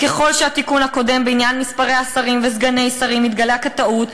ככל שהתיקון הקודם בעניין מספרי השרים וסגני השרים התגלה כטעות,